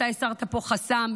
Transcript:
אתה הסרת פה חסם,